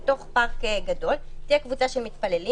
שבה בתוך פארק גדול תהיה קבוצה של מתפללים